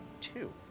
two